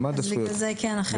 זה הזכויות שלהם.